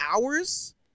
hours